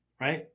right